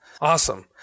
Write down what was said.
Awesome